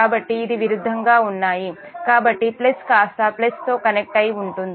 కాబట్టి ఇవి విరుద్ధంగా ఉన్నాయి కాబట్టి ప్లస్ కాస్త ప్లస్ తో కనెక్ట్ అయి ఉంటుంది